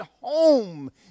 home